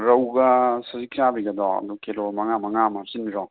ꯔꯧꯒ ꯁꯖꯤꯛ ꯆꯕꯤꯒꯗꯣ ꯑꯗꯨ ꯀꯤꯂꯣ ꯃꯉꯥ ꯃꯉꯥ ꯑꯃ ꯍꯥꯞꯆꯟꯕꯤꯔꯣ